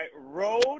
Road